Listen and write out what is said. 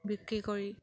বিক্ৰী কৰি